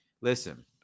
listen